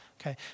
Okay